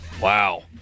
Wow